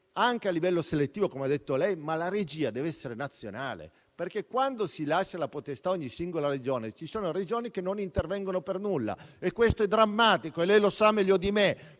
anche a livello selettivo, come ha detto, ma la regia dev'essere nazionale, perché, se si lascia la potestà a ogni singola Regione, ce ne sono alcune che non intervengono affatto e questo è drammatico, come sa meglio di me.